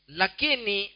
lakini